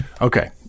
Okay